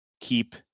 keep